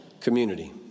community